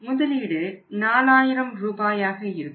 முதலீடு 4000 ரூபாயாக இருக்கும்